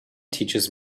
teaches